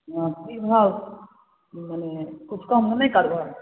हँ की भाव मने किछु कम नहि करबै